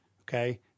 okay